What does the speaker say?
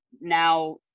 now